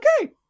okay